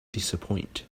disappoint